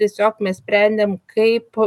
tiesiog mes sprendėm kaip